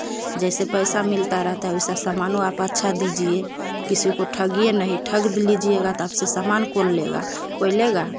जैसे पैसा मिलता रहता है वैसा समानों आप अच्छा दीजिए किसी को ठगिए नहीं ठग दिलीजिए तो आपसे समान कौन लेगा कोई लेगा